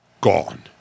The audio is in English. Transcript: gone